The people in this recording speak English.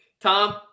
Tom